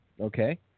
Okay